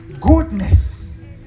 goodness